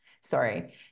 sorry